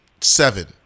Seven